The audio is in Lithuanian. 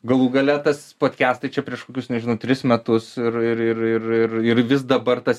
galų gale tas podkestai čia prieš kokius nežinau tris metus ir ir ir ir ir ir vis dabar tas